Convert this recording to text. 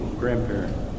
grandparent